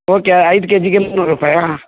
okay ಐದು ಕೆ ಜಿಗೆ ಮುನ್ನೂರು ರೂಪಾಯಿಯಾ